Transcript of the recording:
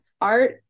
art